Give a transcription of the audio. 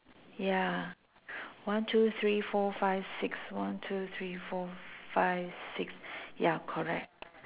ya one two three four five six one two three four five six ya correct